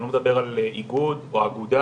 אני לא מדבר על איגוד או אגודה,